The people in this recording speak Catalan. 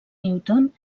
newton